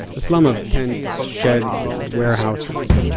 a slum of tents, sheds and warehouses.